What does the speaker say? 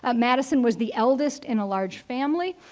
ah madison was the eldest in a large family.